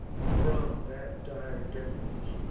from that dire deluge,